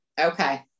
okay